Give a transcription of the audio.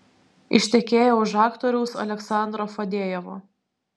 ištekėjo už aktoriaus aleksandro fadejevo